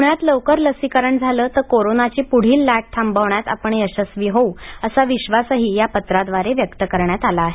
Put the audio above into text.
पुण्यात लवकर लसीकरण झालं तर कोरोनाची पुढील लाट थांबवण्यात आपण यशस्वी होऊ असा विश्वासही या पत्राद्वारे व्यक्त करण्यात आला आहे